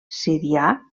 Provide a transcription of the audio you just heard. sirià